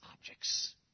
objects